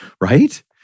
Right